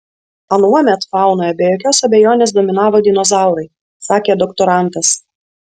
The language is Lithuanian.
anuomet faunoje be jokios abejonės dominavo dinozaurai sakė doktorantas